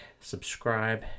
subscribe